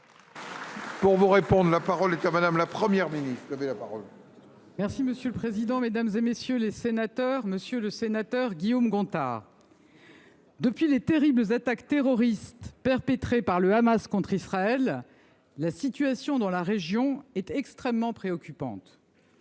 de réponses précises. La parole est à Mme la Première ministre. Monsieur le président, mesdames, messieurs les sénateurs, monsieur le sénateur Guillaume Gontard, depuis les terribles attaques terroristes perpétrées par le Hamas contre Israël, la situation dans la région est extrêmement préoccupante.